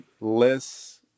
less